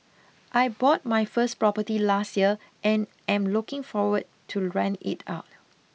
I bought my first property last year and am looking forward to rent it out